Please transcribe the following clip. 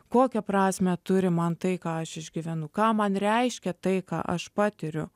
kokią prasmę turi man tai ką aš išgyvenu ką man reiškia tai ką aš patiriu